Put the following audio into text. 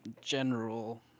general